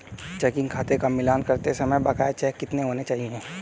Checking खाते का मिलान करते समय बकाया चेक कितने होने चाहिए?